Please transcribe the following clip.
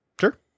Sure